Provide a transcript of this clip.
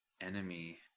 Enemy